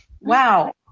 Wow